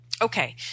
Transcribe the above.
Okay